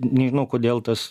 nežinau kodėl tas